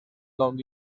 long